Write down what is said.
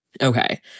Okay